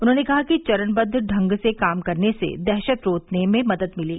उन्होंने कहा कि चरण बद्ध ढंग से काम करने से दहशत रोकने में मदद मिली